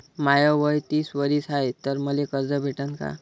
माय वय तीस वरीस हाय तर मले कर्ज भेटन का?